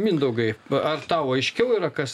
mindaugai ar tau aiškiau yra kas